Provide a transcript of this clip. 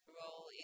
role